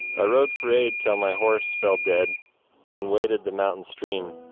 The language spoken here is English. i rode for aid till my horse fell dead then waded the mountain stream.